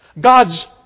God's